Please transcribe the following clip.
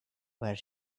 where